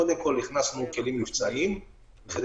קודם כול הכנסנו כלים מבצעיים בכדי